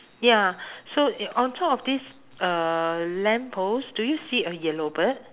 ya so uh on top of this uh lamppost do you see a yellow bird